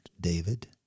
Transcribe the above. David